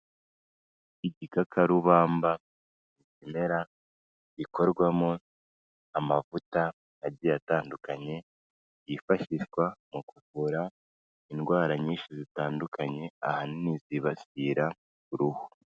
Igikakarubamba mera ikorwamo amavuta agiye atandukanye yifashishwa mu kuvura indwara nyinshi zitandukanye ahanini zibasiira uruhu.